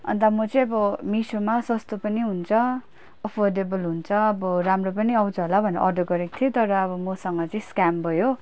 अन्त म चाहिँ अब मिसोमा सस्तो पनि हुन्छ अफोर्डेबल हुन्छ अब राम्रो पनि आँउछ होला भनेर अर्डर गरेको थिएँ तर अब मसँग चाहिँ स्क्याम भयो